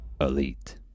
Elite